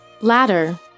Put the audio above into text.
Ladder